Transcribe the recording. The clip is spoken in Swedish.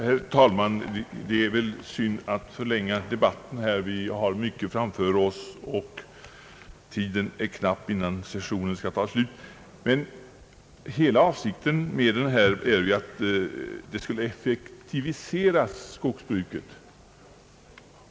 Herr talman! Det är synd att förlänga debatten. Vi har mycket framför oss, och tiden är knapp innan sessionen skall avslutas. Men hela avsikten med förslaget är ju att skogsbruket skall effektiviseras.